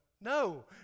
no